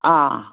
ꯑꯥ